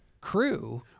crew